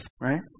right